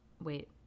Wait